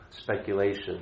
speculation